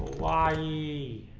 y e